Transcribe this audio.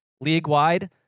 league-wide